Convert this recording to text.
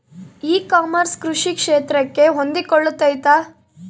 E commerce ಕೃಷಿ ಕ್ಷೇತ್ರಕ್ಕೆ ಹೊಂದಿಕೊಳ್ತೈತಾ?